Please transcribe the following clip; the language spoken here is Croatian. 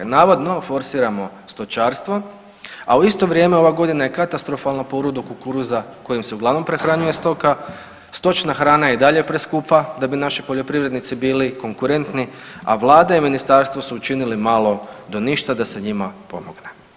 Navodno forsiramo stočarstvo, a u isto vrijeme ova godina je katastrofalna po urodu kukuruza kojim se uglavnom prehranjuje stoka, stočna hrana je i dalje preskupa da bi naši poljoprivrednici bili konkurentni, a vlada i ministarstvo su učinili malo do ništa da se njima pomogne.